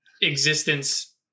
existence